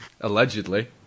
allegedly